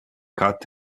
cut